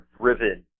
driven